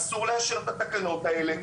אסור לאשר את התקנות האלה.